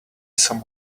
some